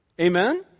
Amen